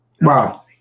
Wow